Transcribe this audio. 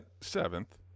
seventh